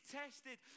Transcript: tested